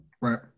Right